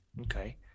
Okay